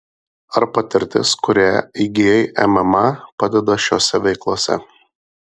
ar patirtis kurią įgijai mma padeda šiose veiklose